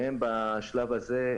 והם בשלב הזה,